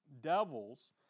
devils